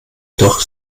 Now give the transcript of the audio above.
doch